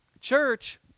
Church